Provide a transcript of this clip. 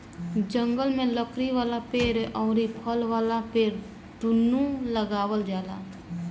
जंगल में लकड़ी वाला पेड़ अउरी फल वाला पेड़ दूनो लगावल जाला